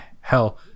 hell